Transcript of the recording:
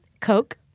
Coke